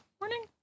morning